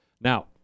Now